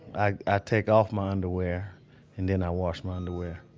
i ah take off my underwear and then i wash my underwear